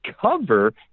cover